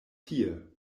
tie